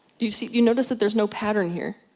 you so you notice that there's no pattern here?